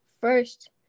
first